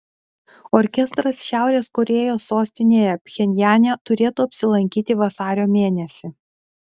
orkestras šiaurės korėjos sostinėje pchenjane turėtų apsilankyti vasario mėnesį